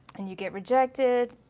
and you get rejected.